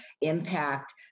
impact